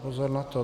Pozor na to.